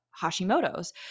Hashimoto's